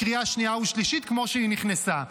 לקריאה שנייה ושלישית כמו שהיא נכנסה.